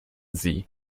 sie